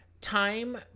Time